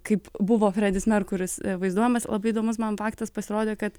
kaip buvo fredis merkuris vaizduojamas labai įdomus man faktas pasirodė kad